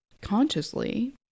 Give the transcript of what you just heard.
consciously